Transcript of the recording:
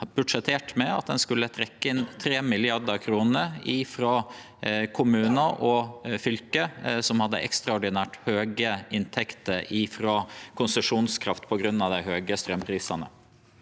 budsjettert med at ein skulle trekkje inn 3 mrd. kr frå kommunar og fylke som hadde ekstraordinært høge inntekter frå konsesjonskraft på grunn av dei høge straumprisane.